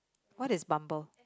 what is Bumble